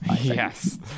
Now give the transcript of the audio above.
yes